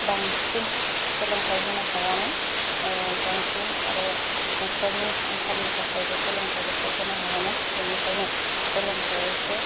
बांसिन सोलोंथाय होनो हायामोन बांसिन आरो न'खरनि आंखालनि थाखायबो सोलोंथायफोरखौ होनो हायामोन बेनिखायनो सोलोंथाया एसे